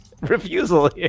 refusal